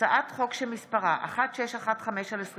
הצעת חוק שמספרה 1615/23,